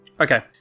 Okay